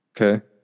Okay